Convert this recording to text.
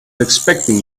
expecting